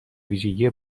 ویژگی